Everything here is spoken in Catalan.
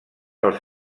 als